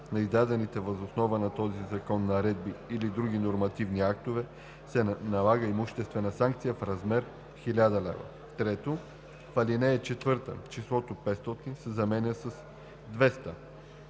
на издадените въз основа на този закон наредби или други нормативни актове, се налага имуществена санкция в размер 1000 лв.“. 3. В ал. 4 числото „500“ се заменя с „200“.